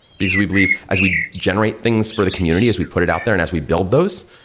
because we believe as we generate things for the community, as we put it out there and as we build those,